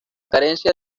carencia